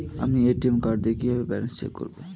আমি ATM card দিয়ে কিভাবে ব্যালেন্স চেক করব?